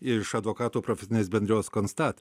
iš advokatų profesinės bendrijos constat